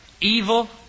evil